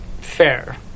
Fair